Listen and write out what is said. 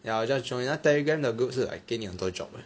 ya 我 just join 他 Telegram 的 group 是给你很多 job 的